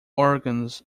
organs